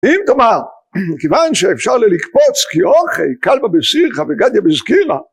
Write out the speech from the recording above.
אם תאמר כיוון שאפשר ללקפוץ כי אורחי קל בבסירך וגד יבזקירה